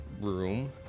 room